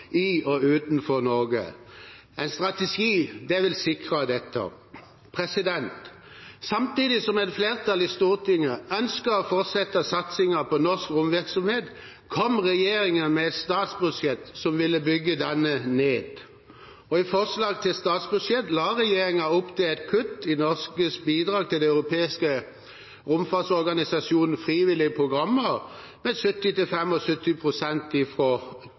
i og utenfor Norge. En strategi vil sikre dette. Samtidig som et flertall i Stortinget ønsket å fortsette satsingen på norsk romvirksomhet, kom regjeringen med et statsbudsjett som ville bygge denne ned. I forslaget til statsbudsjett la regjeringen opp til et kutt i Norges bidrag til Den europeiske romfartsorganisasjonens frivillige programmer med